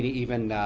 even